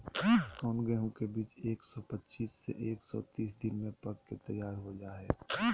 कौन गेंहू के बीज एक सौ पच्चीस से एक सौ तीस दिन में पक के तैयार हो जा हाय?